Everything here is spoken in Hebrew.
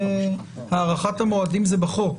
הארכת המועדים זה בחוק.